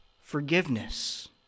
Forgiveness